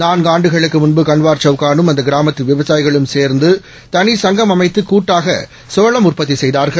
நான்குஆண்டுகளுக்குமுன்புகன்வார்சவுகானும் அந்தகிராமத்துவிவசாயிகளும்சேர்ந்து தனிசங்கம்அமைத்துகூட்டாகசோளம்உற்பத்திசெய்தார்கள்